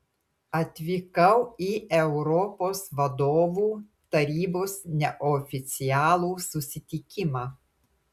atvykau į europos vadovų tarybos neoficialų susitikimą